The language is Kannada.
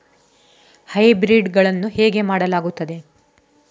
ಹೈಬ್ರಿಡ್ ಗಳನ್ನು ಹೇಗೆ ಮಾಡಲಾಗುತ್ತದೆ?